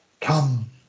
come